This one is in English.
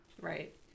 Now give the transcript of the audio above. right